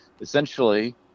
Essentially